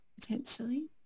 potentially